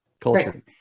culture